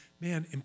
man